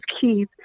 keys